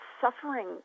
suffering